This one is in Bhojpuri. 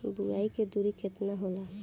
बुआई के दुरी केतना होला?